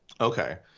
Okay